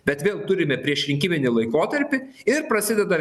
bet vėl turime priešrinkiminį laikotarpį ir prasideda